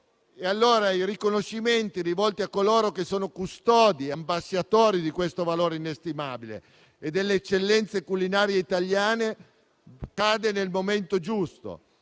i riconoscimenti rivolti a coloro che sono custodi e ambasciatori di questo valore inestimabile e delle eccellenze culinarie italiane cadono nel momento giusto